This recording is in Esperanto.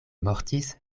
mortis